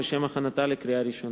לשם הכנתה לקריאה ראשונה.